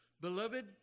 Beloved